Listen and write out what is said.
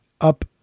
up